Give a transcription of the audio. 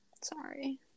Sorry